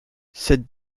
cette